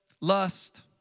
lust